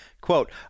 Quote